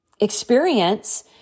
experience